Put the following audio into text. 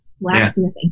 Blacksmithing